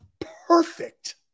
Perfect